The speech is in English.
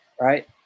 right